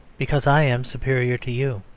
because i am superior to you.